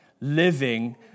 living